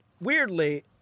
weirdly